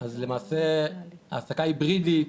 אז למעשה, העסקה היברידית,